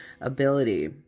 ability